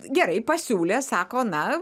gerai pasiūlė sako na